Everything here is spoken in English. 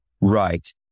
right